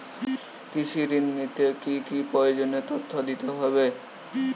কৃষি ঋণ নিতে কি কি প্রয়োজনীয় তথ্য দিতে হবে?